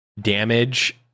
damage